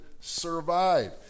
survive